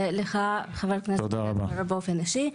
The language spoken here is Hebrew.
ולך, חבר הכנסת עודד פורר, באופן אישי.